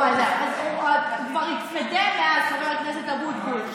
הוא כבר התקדם מאז, חבר הכנסת אבוטבול.